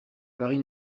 paris